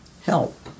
help